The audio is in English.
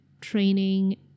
training